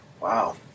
Wow